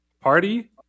party